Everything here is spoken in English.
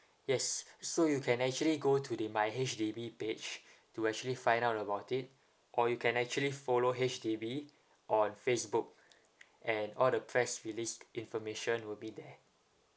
yes so you can actually go to the my H_D_B page to actually find out about it or you can actually follow H_D_B on facebook and all the press release information will be there